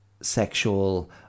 sexual